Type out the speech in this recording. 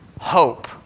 hope